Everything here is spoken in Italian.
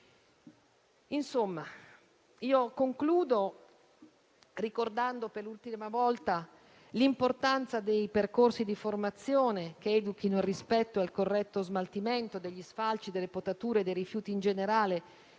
tutelate. Concludo ricordando per l'ultima volta l'importanza dei percorsi di formazione che educhino al rispetto e al corretto smaltimento degli sfalci, delle potature e dei rifiuti in generale